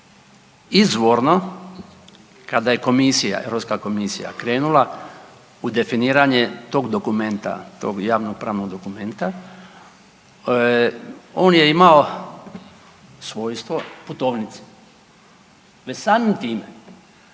Izvorno kada je komisija, Europska komisija krenula u definiranje tog dokumenta, tog javnopravnog dokumenta, on je imao svojstvo putovnice. Već samim time